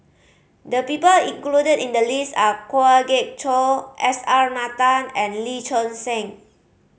the people included in the list are Kwa Geok Choo S R Nathan and Lee Choon Seng